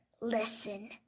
listen